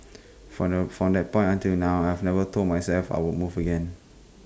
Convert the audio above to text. from that from that point until now I have never told myself I would move again